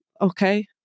okay